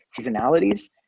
seasonalities